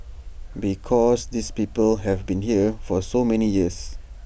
because these people have been here for so many years